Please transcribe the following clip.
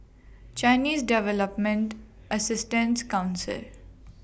Chinese Development Assistant Council